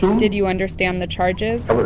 but did you understand the charges?